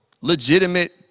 legitimate